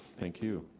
thank you.